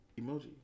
emoji